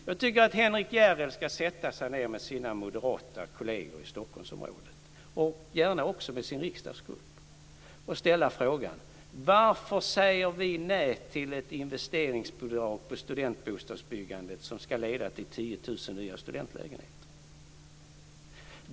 Jag tycker att Henrik Järell ska sätta sig ned med sina moderata kolleger i Stockholmsområdet, och gärna också med sin riksdagsgrupp, och ställa frågan: Varför säger vi nej till ett investeringsbidrag för byggande av studentbostäder som ska leda till 10 000 nya studentlägenheter?